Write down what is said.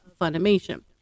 Funimation